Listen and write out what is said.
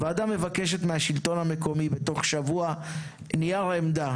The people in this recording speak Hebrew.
הוועדה מבקשת מהשלטון המקומי תוך שבוע נייר עמדה